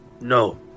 No